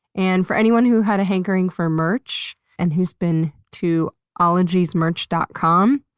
and for everyone who had a hankering for merch and who's been to ologiesmerch dot com.